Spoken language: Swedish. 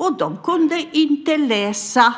Eleverna kunde inte läsa.